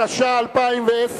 התש"ע 2010,